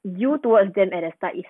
you towards them at the start is